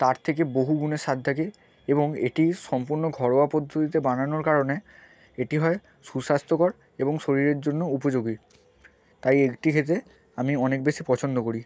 তার থেকে বহু গুণে স্বাদ থাকে এবং এটি সম্পূর্ণ ঘরোয়া পদ্ধতিতে বানানোর কারণে এটি হয় সুস্বাস্থ্যকর এবং শরীরের জন্য উপযোগী তাই এটি খেতে আমি অনেক বেশি পছন্দ করি